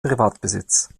privatbesitz